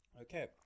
Okay